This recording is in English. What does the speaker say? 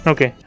Okay